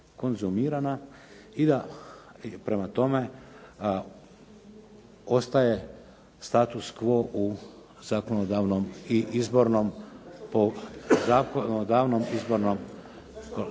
i da prema tome ostaje status quo u zakonodavnom i izbornom, po